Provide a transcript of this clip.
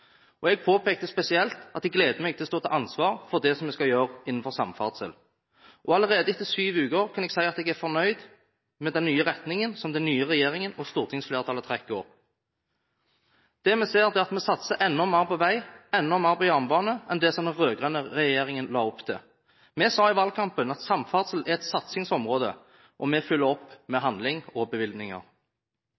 landet». Jeg påpekte spesielt at jeg gledet meg til å stå til ansvar for det vi skal gjøre innenfor samferdsel. Allerede etter syv uker kan jeg si at jeg er fornøyd med den nye retningen som den nye regjeringen og stortingsflertallet trekker opp. Det vi ser, er at vi satser enda mer på vei og enda mer på jernbane enn det som den rød-grønne regjeringen la opp til. Vi sa i valgkampen at samferdsel var et satsingsområde – og vi følger opp med